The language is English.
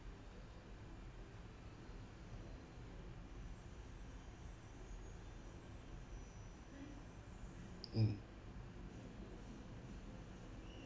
mm